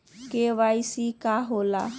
KYC का होला?